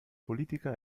politica